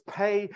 pay